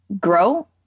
grow